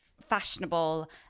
fashionable